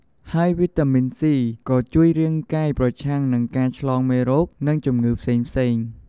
ហើយវីតាមីន C ក៏ជួយរាងកាយប្រឆាំងនឹងការឆ្លងមេរោគ និងជំងឺផ្សេងៗ។